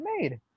made